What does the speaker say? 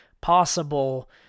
possible